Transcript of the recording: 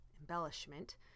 embellishment